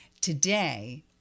Today